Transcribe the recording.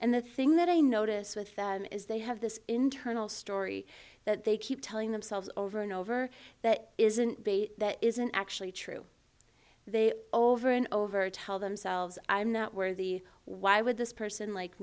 and the thing that i notice with them is they have this internal story that they keep telling themselves over and over that isn't that isn't actually true they over and over tell themselves i'm not where the why would this person like